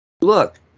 look